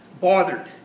Bothered